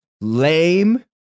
lame